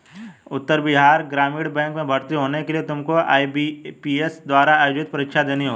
उत्तर बिहार ग्रामीण बैंक में भर्ती होने के लिए तुमको आई.बी.पी.एस द्वारा आयोजित परीक्षा देनी होगी